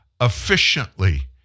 efficiently